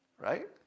Right